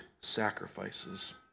sacrifices